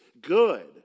good